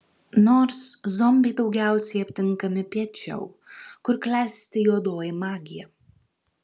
nors zombiai daugiausiai aptinkami piečiau kur klesti juodoji magija